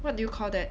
what do you call that